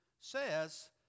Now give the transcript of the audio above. says